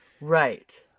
Right